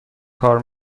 کار